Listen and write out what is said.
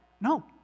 No